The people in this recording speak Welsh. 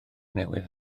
newydd